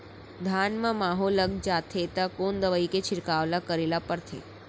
धान म माहो लग जाथे त कोन दवई के छिड़काव ल करे ल पड़थे?